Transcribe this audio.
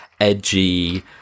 edgy